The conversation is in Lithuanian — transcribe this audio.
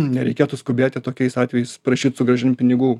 nereikėtų skubėti tokiais atvejais prašyt sugrąžint pinigų